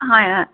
হয় হয়